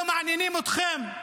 הם לא מעניינים אתכם?